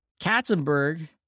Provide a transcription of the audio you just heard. Katzenberg